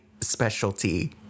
specialty